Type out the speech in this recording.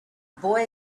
boy